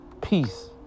Peace